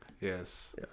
Yes